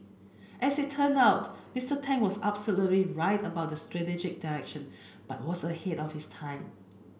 as it turned out Mister Tang was absolutely right about the strategic direction but was ahead of his time